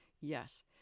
Yes